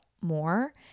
more